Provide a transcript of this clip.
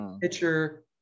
pitcher